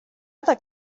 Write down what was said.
other